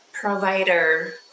provider